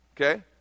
Okay